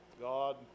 God